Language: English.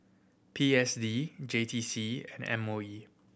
P S D J T C and M O E